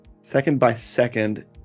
second-by-second